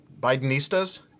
Bidenistas